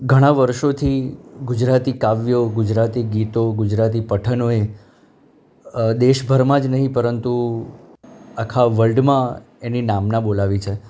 ઘણા વર્ષોથી ગુજરાતી કાવ્યો ગુજરાતી ગીતો ગુજરાતી પઠનોએ દેશભરમાં જ નહીં પરંતુ આખા વલ્ડમાં એની નામના બોલાવી છે